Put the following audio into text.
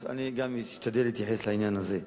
אז אני גם אשתדל להתייחס לעניין הזה.